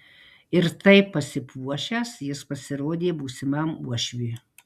ir taip pasipuošęs jis pasirodė būsimam uošviui